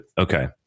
okay